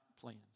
plans